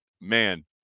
man